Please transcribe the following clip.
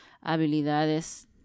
habilidades